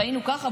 חיינו כך,